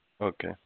okay